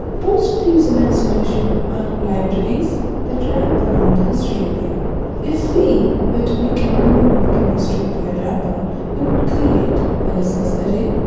most of the userland solutions are libraries that wrap around the history api if we were to make a minimal working history api ah wrapper we would create a listener's array,